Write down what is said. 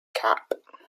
cap